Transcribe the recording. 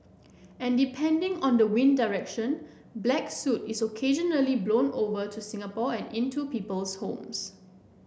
and depending on the wind direction black soot is occasionally blown over to Singapore and into people's homes